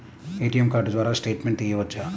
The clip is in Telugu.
ఏ.టీ.ఎం కార్డు ద్వారా స్టేట్మెంట్ తీయవచ్చా?